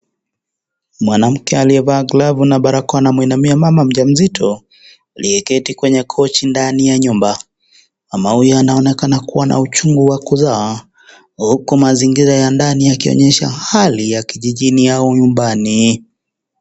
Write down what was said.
Mwanamke aliyevaa glavu na barakoa anamwinamia mama mjamzito aliyeketi kwenye kochi ndani ya nyumba. Mama huyo anaonekana kuwa na uchungu wa kuzaa. Huku, mazingira ya ndani yakionyesha hali ya kijijini au nyumbani.